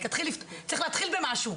צריך להתחיל במשהו.